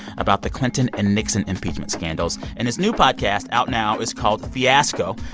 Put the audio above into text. about the clinton and nixon impeachment scandals. and his new podcast out now is called fiasco.